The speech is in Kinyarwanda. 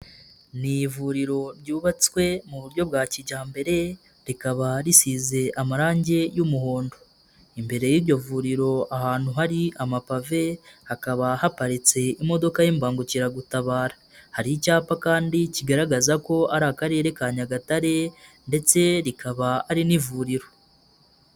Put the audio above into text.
Ni ivuriro ryubatswe mu buryo bwa kijyambere, rikaba risize amarangi y'umuhondo. Imbere y'iryo vuriro ahantu hari amapave, hakaba haparitse imodoka y'ibangukiragutabara. Hari icyapa kandi kigaragaza ko ari Akarere ka Nyagatare ndetse rikaba ari n'ivuriro.